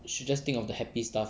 should just think of the happy stuff